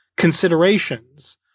considerations